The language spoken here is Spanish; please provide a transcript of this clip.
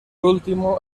último